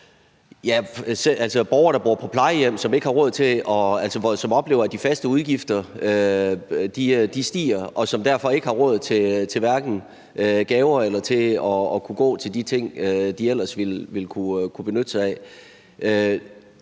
at der er borgere, som bor på plejehjem, og som oplever, at de faste udgifter stiger, og som derfor ikke har råd til hverken gaver eller til at kunne gå til de ting, de ellers ville kunne benytte sig af.